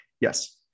Yes